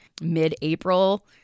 mid-April